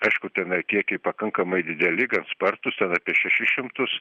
aišku tenai kiekiai pakankamai dideli gan spartūs ten apie šešis šimtus